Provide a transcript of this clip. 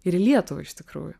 ir į lietuvą iš tikrųjų